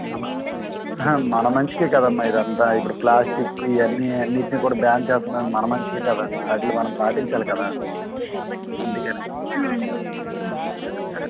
మన మన మన మంచికి కదమ్మ ఇది అంతా ఇప్పుడు ప్లాస్టిక్ ఇవన్నీ అన్నింటిని కూడా బ్యాన్ చేస్తున్నారు మన మంచికి కదా వాటిని మనం పాటించాలి కదా అందుకని సరే